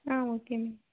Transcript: ah okay ma'am